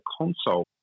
console